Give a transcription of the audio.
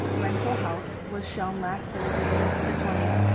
mental health was shown last thursday the twentieth,